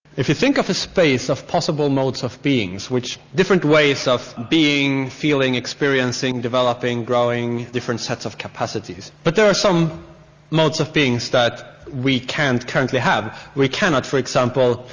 if you think of a space of possible modes of beings different ways of being, feeling, experiencing, developing, growing different sets of capacities. but there are some modes of beings that we can't currently have. we cannot, for example,